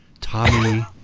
Tommy